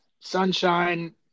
Sunshine